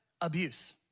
Abuse